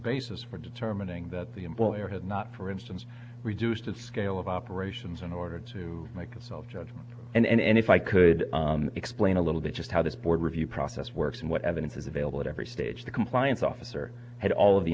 basis for determining that the employer had not for instance reduced the scale of operations in order to make a cell judgment and if i could explain a little bit just how this board review process works and what evidence is available at every stage the compliance officer all of the